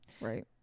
Right